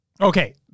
okay